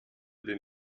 den